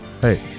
Hey